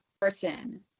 person